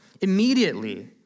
Immediately